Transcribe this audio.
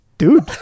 Dude